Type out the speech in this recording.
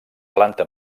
planta